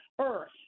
earth